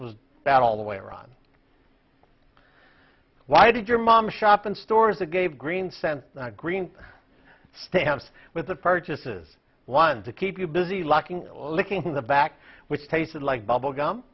was that all the way around why did your mom shop in stores that gave green sent green stamps with the purchases one to keep you busy locking looking in the back which tasted like bubble gum